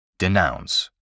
Denounce